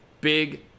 Big